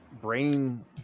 brain